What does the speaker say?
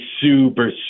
super